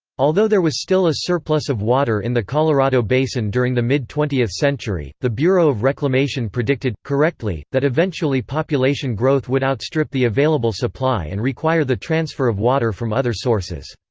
although there was still a surplus of water in the colorado basin during the mid twentieth century, the bureau of reclamation predicted, correctly, that eventually population growth would outstrip the available supply and require the transfer of water from other sources.